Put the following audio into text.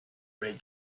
great